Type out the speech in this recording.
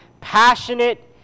passionate